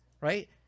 right